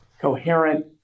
coherent